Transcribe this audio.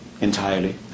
entirely